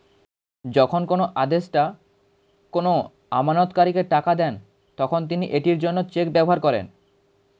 যখন কোনো আদেষ্টা কোনো আমানতকারীকে টাকা দেন, তখন তিনি এটির জন্য চেক ব্যবহার করেন